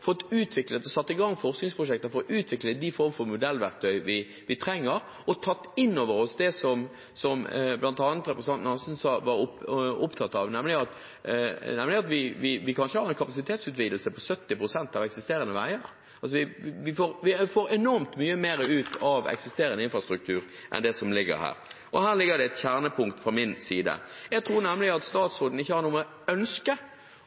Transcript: fått utviklet og satt i gang forskningsprosjekter for å utvikle de formene for modellverktøy vi trenger, og tatt inn over oss det som bl.a. representanten Eidsheim sa hun var opptatt av, nemlig at vi kanskje vil få en kapasitetsutvidelse på 70 pst. av eksisterende veier. Vi får enormt mye mer ut av eksisterende infrastruktur enn det som ligger her. Her ligger det et kjernepunkt fra min side. Jeg tror nemlig at statsråden ikke har noe ønske